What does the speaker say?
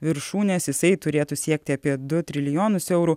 viršūnės jisai turėtų siekti apie du trilijonus eurų